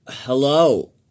Hello